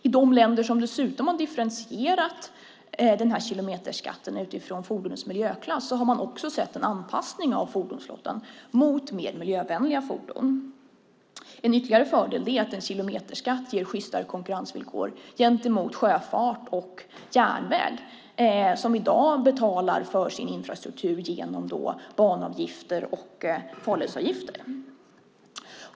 I de länder som dessutom har differentierat denna kilometerskatt utifrån fordonets miljöklass har man också sett en anpassning av fordonsflottan mot mer miljövänliga fordon. En ytterligare fördel är att en kilometerskatt ger sjystare konkurrensvillkor gentemot sjöfart och järnväg som i dag betalar för sin infrastruktur genom banavgifter och farledsavgifter.